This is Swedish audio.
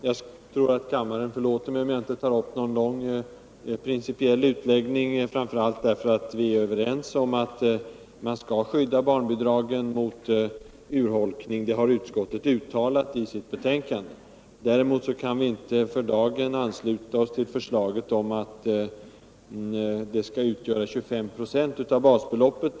Jag tror att kammaren förlåter mig om jag inte gör någon lång principiell utläggning, framför allt därför att vi är överens om att barnbidragen skall skyddas mot urholkning —det har utskottet uttalat i sitt betänkande. Däremot kan vi inte för dagen ansluta oss till förslaget att barnbidragsbeloppet skall utgöra 25 96 av basbeloppet.